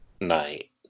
night